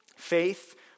faith